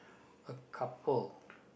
a couple